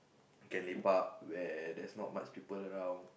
can lepak where there's not much people around